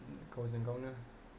गावजों गावनो